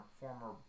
former